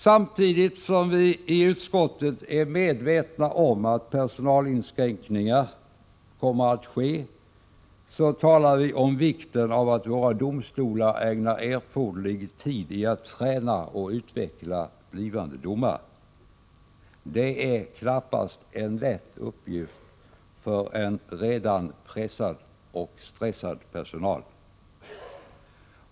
Samtidigt som vi i utskottet är medvetna om att personalinskränkningar kommer att ske, talar vi om vikten av att våra domstolar ägnar erforderlig tid åt att träna och utveckla blivande domare. Det är knappast en lätt uppgift för en redan pressad och stressad personal.